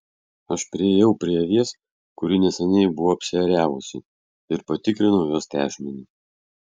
aš priėjau prie avies kuri neseniai buvo apsiėriavusi ir patikrinau jos tešmenį